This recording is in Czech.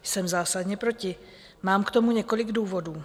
Jsem zásadně proti, mám k tomu několik důvodů.